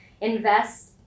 invest